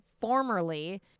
formerly